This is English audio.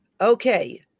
Okay